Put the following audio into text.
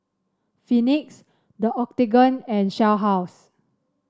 Phoenix The Octagon and Shell House